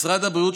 משרד הבריאות,